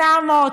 800,